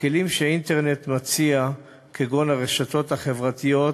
הכלים שהאינטרנט מציע, כגון הרשתות החברתיות,